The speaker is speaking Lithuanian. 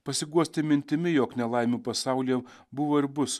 pasiguosti mintimi jog nelaimių pasaulyje buvo ir bus